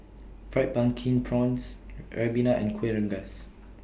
Fried Pumpkin Prawns Ribena and Kueh Rengas